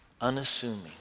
unassuming